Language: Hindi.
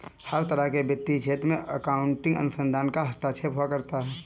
हर तरह के वित्तीय क्षेत्र में अकाउन्टिंग अनुसंधान का हस्तक्षेप हुआ करता है